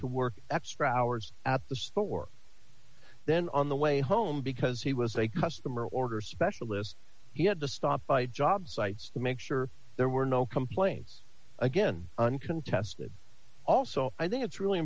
to work extra hours at the store then on the way home because he was a customer order specialist he had to stop by job sites the make sure there were no complaints again uncontested also i think it's really